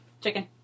Chicken